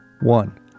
one